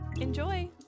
Enjoy